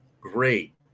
Great